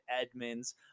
Edmonds